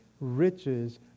riches